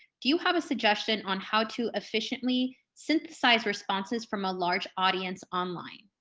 do you have a suggestion on how to efficiently synthesize responses from a large audience online?